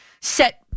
set